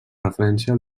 referència